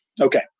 Okay